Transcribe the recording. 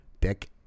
dick